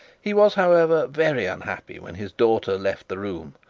he was, however, very unhappy when his daughter left the room,